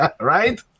Right